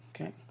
Okay